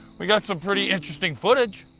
we got some pretty interesting footage.